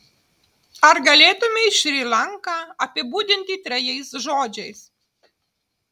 ar galėtumei šri lanką apibūdinti trejais žodžiais